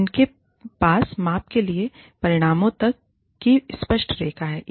जिनके पास माप से लेकर परिणामों तक की स्पष्ट रेखा है